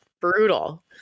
brutal